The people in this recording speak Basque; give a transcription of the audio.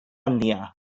handia